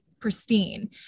pristine